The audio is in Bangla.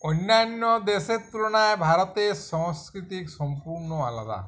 অন্যান্য দেশের তুলনায় ভারতের সাংস্কৃতিক সম্পূর্ণ আলাদা